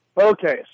Okay